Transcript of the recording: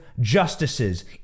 justices